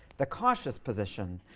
the cautious position,